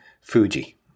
Fuji